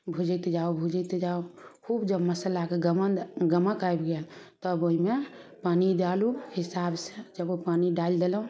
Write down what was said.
भुजैत जाउ भुजैत जाउ खूब जब मसल्लाके गमक गमक आबि गेल तब ओहिमे पानि डालू हिसाब से जब ओ पानी डालि देलहुॅं